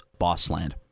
Bossland